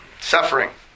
Suffering